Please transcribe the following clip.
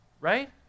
Right